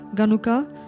ganuka